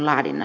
kiitos